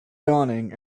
dawning